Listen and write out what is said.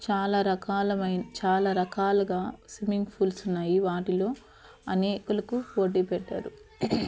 చాలా రకాలవైన చాలా రకాలగా స్విమ్మింగ్ ఫూల్స్ ఉన్నాయి వాటిలో అనేకులకు పోటీ పెట్టారు